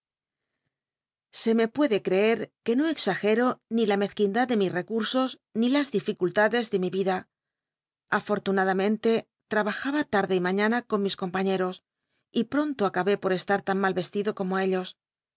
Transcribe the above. se me puede creet que no exagero ni la mezquindad de mis recursos ni las diflculladcs de mi ida afortunadamente tl'abajaba tarde y maiiana y ron mis compaiieros y pronto acabé por estar tan mal yeslido como ellos